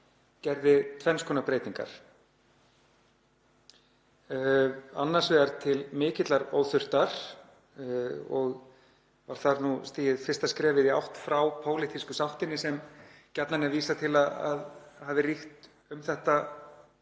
gerði tvenns konar breytingar, annars vegar til mikillar óþurftar og var þar stigið fyrsta skrefið í átt frá pólitísku sáttinni sem gjarnan er vísað til að hafi ríkt um þetta